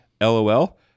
Lol